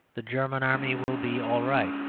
the german army will be all right.